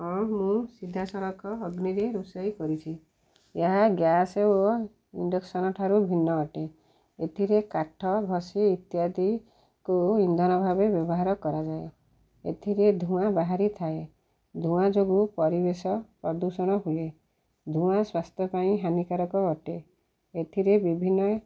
ହଁ ମୁଁ ସିଧାସଳଖ ଅଗ୍ନିରେ ରୋଷେଇ କରିଛି ଏହା ଗ୍ୟାସ୍ ଓ ଇଣ୍ଡକ୍ସନ୍ ଠାରୁ ଭିନ୍ନ ଅଟେ ଏଥିରେ କାଠ ଘଷି ଇତ୍ୟାଦିକୁ ଇନ୍ଧନ ଭାବେ ବ୍ୟବହାର କରାଯାଏ ଏଥିରେ ଧୂଆଁ ବାହାରି ଥାଏ ଧୂଆଁ ଯୋଗୁଁ ପରିବେଶ ପ୍ରଦୂଷଣ ହୁଏ ଧୂଆଁ ସ୍ୱାସ୍ଥ୍ୟ ପାଇଁ ହାନିକାରକ ଅଟେ ଏଥିରେ ବିଭିନ୍ନ